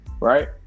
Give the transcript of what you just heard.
right